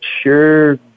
sure